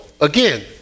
again